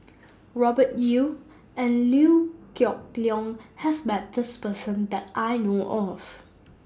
Robert Yeo and Liew Geok Leong has Met This Person that I know of